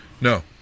No